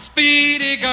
Speedy